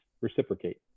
reciprocate